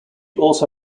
also